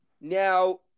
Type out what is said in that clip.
Now